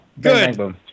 Good